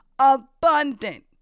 Abundant